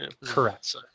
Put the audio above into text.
Correct